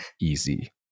easy